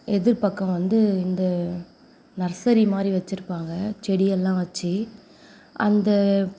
எதிர்பக்கம் வந்து இந்த நர்சரி மாதிரி வச்சிருப்பாங்க செடியெல்லாம் வச்சு அந்த